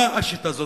מה השיטה הזאת?